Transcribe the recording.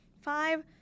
Five